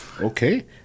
Okay